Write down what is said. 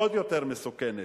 עוד יותר מסוכנת,